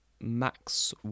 Max